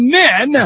men